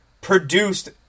produced